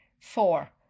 Four